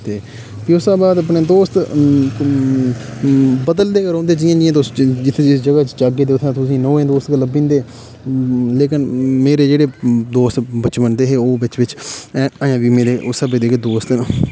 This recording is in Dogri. ते फ्ही उसदे बाद अपने दोस्त बदलदे गै रौहन्दे जियां जियां तुस जित्थै जिस जगह जाह्गे ते उत्थै तुसेंगी नमें दोस्त गै लब्बी जन्दे लेकिन मेरे जेह्ड़े दोस्त बचपन दे हे ओह् बिच्च बिच्च अजें बी मेरे उस स्हाबै दे गै दोस्त न